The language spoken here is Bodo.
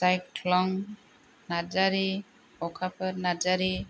जायख्लं नारजारि अखाफोर नारजारि